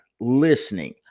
listening